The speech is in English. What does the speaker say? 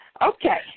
Okay